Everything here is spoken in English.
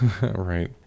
Right